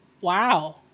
Wow